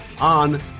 on